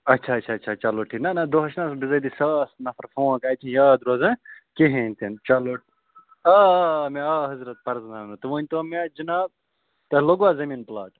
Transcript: اچھا اچھا اچھا چلو ٹھیٖک نہ نہ دۄہَس چھِ نا آسان بِذٲتی ساس نفر فون کَتہِ چھِ یاد روزان کِہیٖنۍ تِنہٕ چلو آ آ آ مےٚ آو حضرت پرزٕناونہٕ تُہۍ ؤۍنتو مےٚ جناب تۄہہِ لوٚگوا زٔمیٖن پٕلاٹ